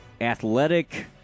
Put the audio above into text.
athletic –